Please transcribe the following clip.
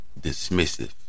dismissive